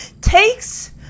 takes